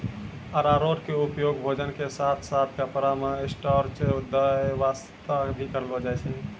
अरारोट के उपयोग भोजन के साथॅ साथॅ कपड़ा मॅ स्टार्च दै वास्तॅ भी करलो जाय छै